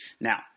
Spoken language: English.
Now